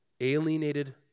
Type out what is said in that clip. alienated